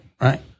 Right